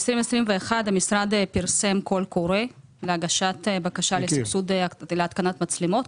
ב-2021 המשרד פרסם קול קורא להגשת בקשה לסבסוד התקנת מצלמות.